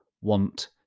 want